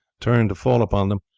turned to fall upon them,